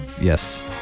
Yes